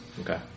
Okay